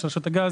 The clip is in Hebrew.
של רשות הגז,